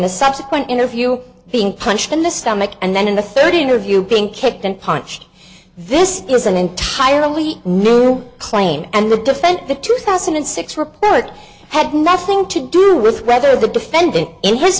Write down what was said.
the subsequent interview being punched in the stomach and then in the third interview being kicked and punched this is an entirely new claim and the defense the two thousand and six report had nothing to do with whether the defendant in